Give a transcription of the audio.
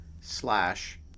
slash